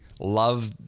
love